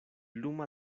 luma